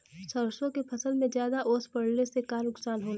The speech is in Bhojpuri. सरसों के फसल मे ज्यादा ओस पड़ले से का नुकसान होला?